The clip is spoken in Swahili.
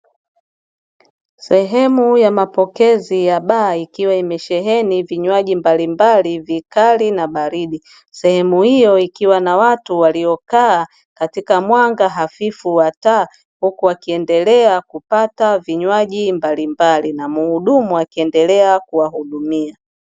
Sehemu ya mapokezi ya baa ikiwa imesheheni vinywaji mbalimbali vikali na baridi, sehemu hiyo ikiwa na watu waliokaa katika mwanga hafifu wa taa, huku wakiendelea kupata vinywaji mbalimbali na muhudumu akiendelea kuwahudumia.